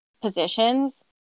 positions